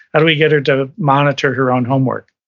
how do we get her to monitor her own homework?